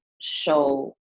show